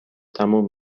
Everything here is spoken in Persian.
تموم